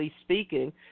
speaking